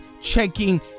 checking